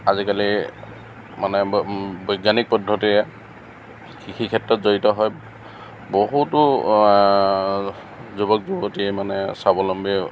আজিকালি মানে বৈজ্ঞানিক পদ্ধতিৰে কৃষি ক্ষেত্ৰত জড়িত হৈ বহুতো যুৱক যুৱতী মানে স্বাৱলম্বী